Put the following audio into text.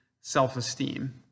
self-esteem